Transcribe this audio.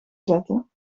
zetten